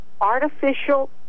Artificial